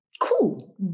cool